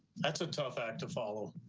that's a tough act to follow.